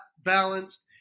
balanced